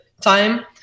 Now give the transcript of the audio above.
time